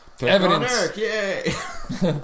Evidence